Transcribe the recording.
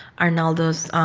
arnaldo's